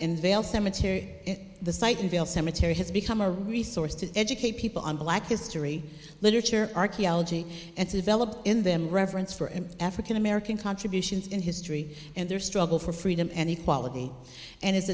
in vail cemetery the site in vail cemetery has become a resource to educate people on black history literature archaeology and to develop in them reverence for an african american contributions in history and their struggle for freedom and equality and i